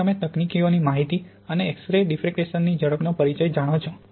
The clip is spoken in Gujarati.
હવે તમે તકનીકોની માહિતી અને એક્સ રે ડીફ્રેકસન ની ઝડપનો પરિચય જાણો છો